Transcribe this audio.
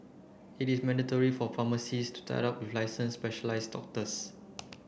it is mandatory for pharmacies to tie up with license specialize doctors